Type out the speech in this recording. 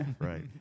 Right